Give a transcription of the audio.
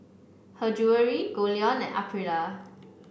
Her Jewellery Goldlion and Aprilia